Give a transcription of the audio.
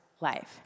life